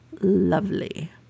lovely